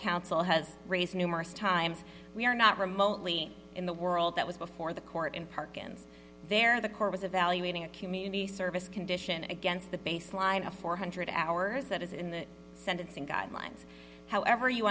counsel has raised numerous times we are not remotely in the world that was before the court in perkins there the court was evaluating a community service condition against the baseline a four hundred hours that is in the sentencing guidelines however you